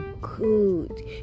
good